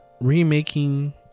remaking